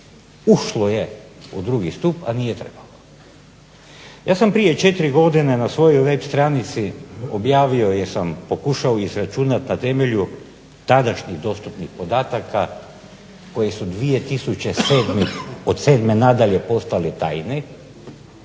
ušlo je u drugi stup, a nije trebalo. Ja sam prije četiri godine na svojoj web stranici objavio jer sam pokušao izračunat na temelju tadašnjih dostupnih podataka koji su od 2007. nadalje postali tajne,